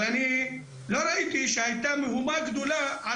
אבל אני לא ראיתי שהייתה מהומה גדולה על